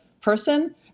person